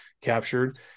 captured